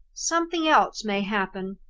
something else may happen.